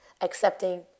accepting